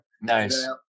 Nice